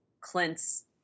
Clint's